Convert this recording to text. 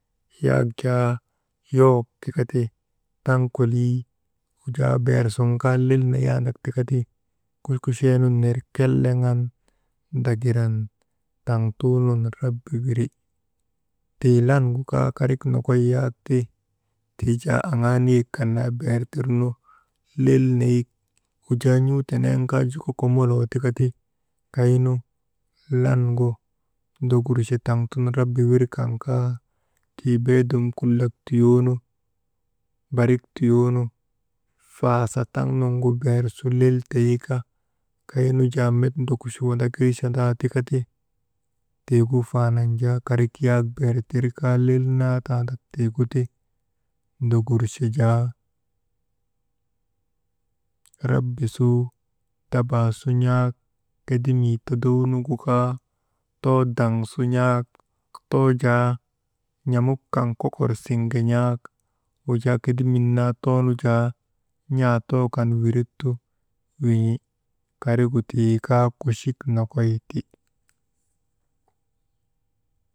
Yowok ti kati tii taŋ kolii, wujaa beer sun kaa lell neyaandak tika ti kuchkucheenun ner kelleŋan ndiŋirin taŋtuunun raba wiri, tii langu kaa karik nokoy yak ti, tii jaa aŋaa niyek kan naa beer tir nu lel neyik wujaa n̰uu teneenu kaa joko komoloo tikati kaynu langu ndogurche taŋ tun raba wirkan kaa tii beedum kulak tiyoonu kaa barik tiyoonu faasa taŋnungu beer su lel teyika kaynu jaa mek ndrokiche wondogurchandaati kata tiigu faanan jaa karik yak beer tirka naatandak tiiguti ndogurche jaa rabi su, dabaa su n̰aak, kedemii dottdownu kaa too daŋsun n̰aak, too jaa n̰amuk kan kokor siŋge n̰aak wujaa kedemin naa toonu jaa n̰aa too kan wiret tu win̰i, karigu tii kaa kuchik nokoy ti.